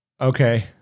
Okay